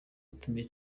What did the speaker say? utumye